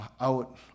out